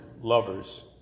lovers